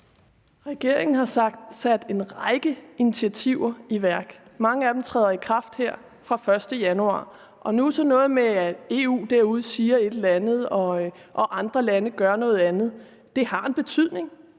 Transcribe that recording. Regeringen har sat en række initiativer i værk, mange af den træder i kraft her fra den 1. januar. Og sådan noget med, at EU derude siger et eller andet, og at andre lande gør noget andet, har en betydning.